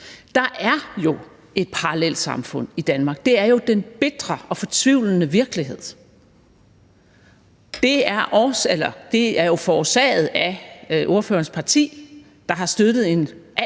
Der er jo et parallelsamfund i Danmark. Det er jo den bitre og fortvivlende virkelighed. Det er jo forårsaget af ordførerens parti, der har støttet en alt